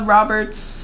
Roberts